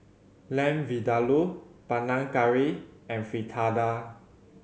Lamb Vindaloo Panang Curry and Fritada